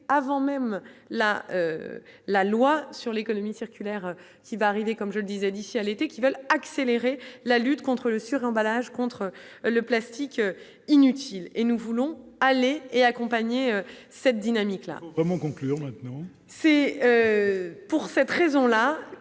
avant même la la loi sur l'économie circulaire qui va arriver, comme je le disais, d'ici à l'été, qui veulent accélérer la lutte contre le suremballage contre le plastique inutile et nous voulons aller et accompagner cette dynamique-là vraiment conclure,